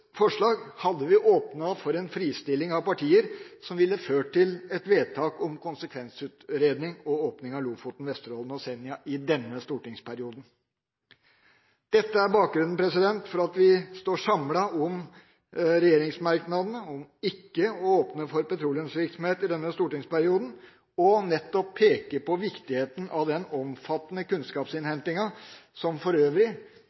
forslag, hadde vi åpnet for en fristilling av partier som ville ført til et vedtak om konsekvensutredning og åpning av Lofoten, Vesterålen og Senja i denne stortingsperioden. Dette er bakgrunnen for at regjeringspartiene står samlet om merknaden om ikke å åpne for petroleumsvirksomhet i denne stortingsperioden, og nettopp peker på viktigheten av den omfattende kunnskapsinnhentinga, som for øvrig